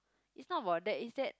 it's not about that it's that